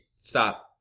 stop